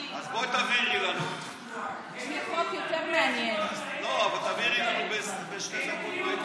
לגבי זיכרון יעקב, לא אמרת את זה?